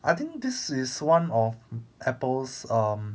I think this is one of apple's erm